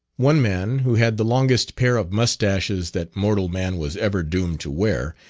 one man who had the longest pair of mustaches that mortal man was ever doomed to wear,